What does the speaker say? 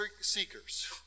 seekers